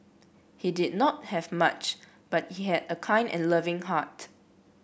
he did not have much but he had a kind and loving heart